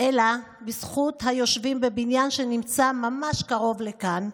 אלא בזכות היושבים בבניין שנמצא ממש קרוב לכאן,